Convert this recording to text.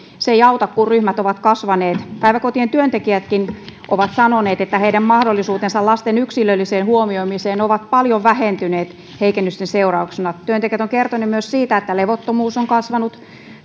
se ei auta kun ryhmät ovat kasvaneet päiväkotien työntekijätkin ovat sanoneet että heidän mahdollisuutensa lasten yksilölliseen huomioimiseen ovat paljon vähentyneet heikennysten seurauksena työntekijät ovat kertoneet myös siitä että levottomuus on kasvanut